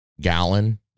gallon